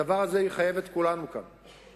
הדבר הזה יחייב את כולנו כאן,